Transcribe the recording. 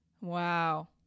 Wow